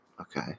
Okay